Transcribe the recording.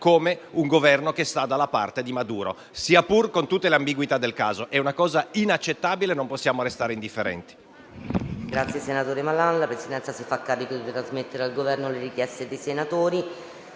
come un Governo che sta dalla parte di Maduro, sia pur con tutte le ambiguità del caso. È una cosa inaccettabile e non possiamo restare indifferenti.